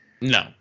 No